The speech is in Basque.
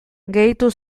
gehitu